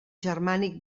germànic